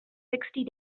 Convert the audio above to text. sixty